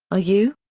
ah you?